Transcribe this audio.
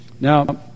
Now